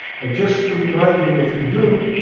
and just to remind you if you do,